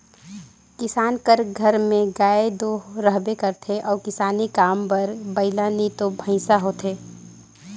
किसान कर घर में गाय दो रहबे करथे अउ किसानी काम बर बइला नी तो भंइसा होथे